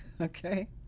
okay